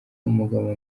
umugabo